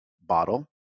bottle